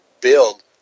build